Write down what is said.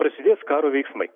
prasidės karo veiksmai